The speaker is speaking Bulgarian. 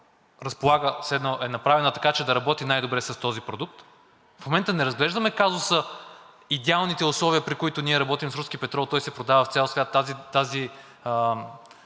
на България е направена така, че да работи най-добре с този продукт. В момента не разглеждаме казуса – идеалните условия, при които ние работим с руски петрол. Той се продава в цял свят. Тази